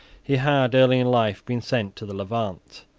he had early in life been sent to the levant,